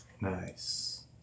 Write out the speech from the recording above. Nice